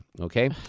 okay